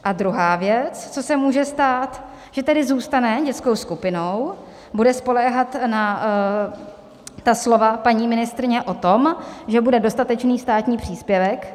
A druhá věc, co se může stát, že tedy zůstane dětskou skupinou, bude spoléhat na slova paní ministryně o tom, že bude dostatečný státní příspěvek.